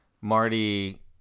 Marty